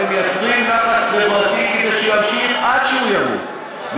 אתם מייצרים לחץ חברתי כדי שהוא ימשיך עד שהוא ימות,